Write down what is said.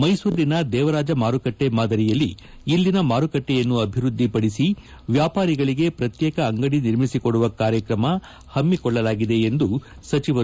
ಮೈಸೂರಿನ ದೇವರಾಜ ಮಾರುಕಟ್ಟೆ ಮಾದರಿಯಲ್ಲಿ ಇಲ್ಲಿನ ಮಾರುಕಟ್ಟೆಯನ್ನು ಅಭಿವೃದ್ದಿಪಡಿಸಿ ವ್ಯಾಪಾರಿಗಳಿಗೆ ಪ್ರತ್ಯೇಕ ಅಂಗಡಿ ನಿರ್ಮಿಸಿಕೊಡುವ ಕಾರ್ಯಕ್ರಮ ಹಮ್ಮಿಕೊಳ್ಳಲಾಗಿದೆ ಎಂದರು